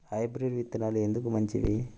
Hybrid విత్తనాలు ఎందుకు మంచివి?